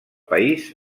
país